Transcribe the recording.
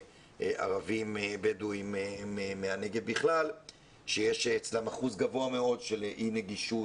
ערבים בדואים מהנגב בכלל שיש אצלם אחוז גבוה מאוד של אי נגישות,